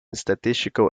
statistical